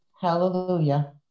hallelujah